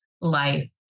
life